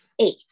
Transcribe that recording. eight